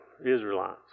Israelites